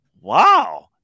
wow